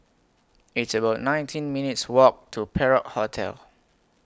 It's about nineteen minutes' Walk to Perak Hotel